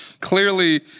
Clearly